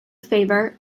favor